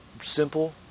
simple